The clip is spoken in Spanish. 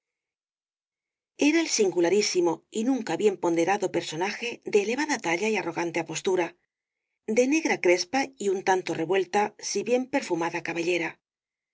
era el singularísimo y nunca bien ponderado personaje de elevada talla y arrogante apostura de negra crespa y un tanto revuelta sí bien perfumada cabellera